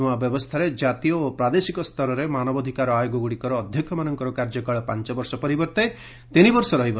ନ୍ତଆ ବ୍ୟବସ୍ଥାରେ ଜାତୀୟ ଓ ପ୍ରାଦେଶିକ ସ୍ତରରେ ମାନବାଧିକାର ଆୟୋଗଗ୍ରଡ଼ିକର ଅଧ୍ୟକ୍ଷମାନଙ୍କର କାର୍ଯ୍ୟକାଳ ପାଞ୍ଚ ବର୍ଷ ପରିବର୍ତ୍ତେ ତିନି ବର୍ଷ ରହିବ